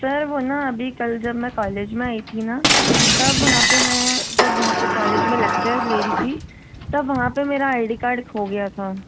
sir वो ना अभी कल जब मैं कॉलेज में आई थी न तब वहाँ पे मैं जब वहाँ पे कॉलेज में लेक्चर ले रही थी तब वहाँ मेरा आइ डी कार्ड खो गया था